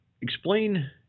explain